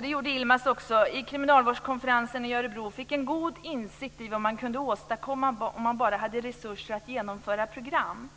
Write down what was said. det gjorde Yilmaz också - fick en god insikt i vad man kunde åstadkomma om man bara hade resurser för att genomföra program.